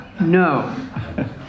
No